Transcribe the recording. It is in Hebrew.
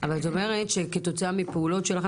אבל את אומרת שכתוצאה מפעולות שלכם